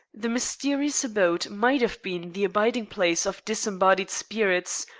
the mysterious abode might have been the abiding-place of disembodied spirits,